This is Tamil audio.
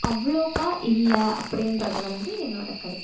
அவ்வளோக்கா இல்லை அப்படின்றது வந்து என்னோட கருத்து